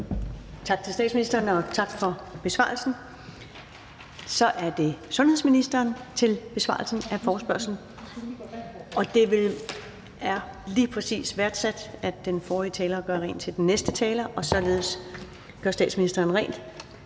Tak til statsministeren for besvarelsen. Så er det sundhedsministeren for en besvarelse af forespørgslen. Og det er lige præcis værdsat, at den forrige taler gør klar til den næste taler, og således gør statsministeren rent